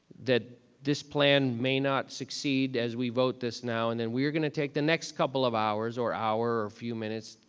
that this plan may not succeed as we vote this now. and then we are going to take the next couple of hours or hour or few minutes,